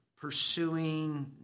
pursuing